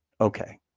Okay